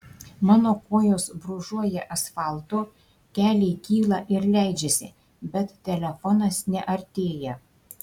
mano kojos brūžuoja asfaltu keliai kyla ir leidžiasi bet telefonas neartėja